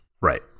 Right